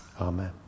Amen